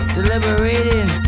Deliberating